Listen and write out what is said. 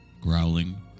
growling